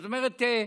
זאת אומרת,